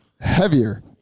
Heavier